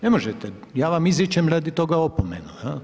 Ne možete, ja vam izričem radi toga opomenu.